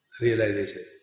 realization